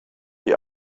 die